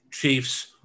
Chiefs